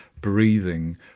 breathing